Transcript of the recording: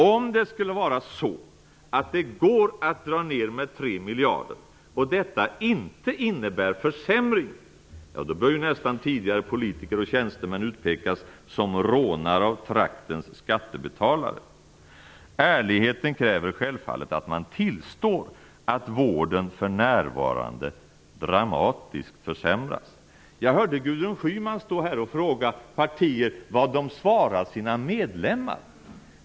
Om det skulle vara så att det går att dra ned med tre miljarder - och att detta inte innebär en försämring - då bör ju nästan tidigare politiker och tjänstemän utpekas som rånare av traktens skattebetalare. Ärligheten kräver självfallet att man tillstår att vården för närvarande dramatiskt försämras. Jag hörde Gudrun Schyman stå här och fråga partiet vad det svarar sina medlemmar.